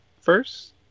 first